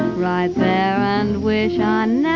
right there and wish i